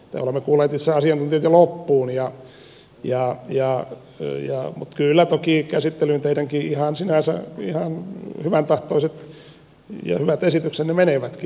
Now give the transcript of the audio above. olemme kuulleet asiantuntijat jo loppuun mutta kyllä toki käsittelyyn teidänkin sinänsä ihan hyväntahtoiset ja hyvät esityksenne menevätkin